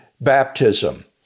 baptism